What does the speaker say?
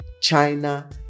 China